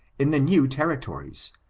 in the new territories,